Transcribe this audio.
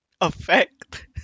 effect